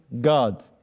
God